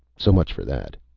so much for that.